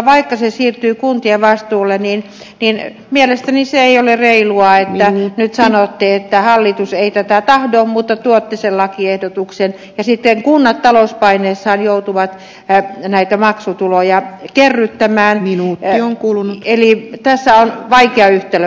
vaikka tämä maksupolitiikka siirtyy kuntien vastuulle niin mielestäni se ei ole reilua että nyt sanotte että hallitus ei tätä tahdo mutta tuotte sen lakiehdotuksen ja sitten kunnat talouspaineessaan joutuvat näitä maksutuloja kerryttämään eli tässä on vaikea yhtälö